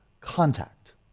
contact